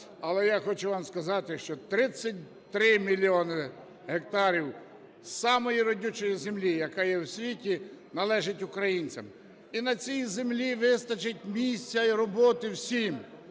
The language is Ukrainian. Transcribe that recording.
Але я хочу вам сказати, що 33 мільйони гектарів самої родючої землі, яка є в світі, належить українцям. І на цій землі вистачить місця і роботи всім: